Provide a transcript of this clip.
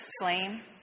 flame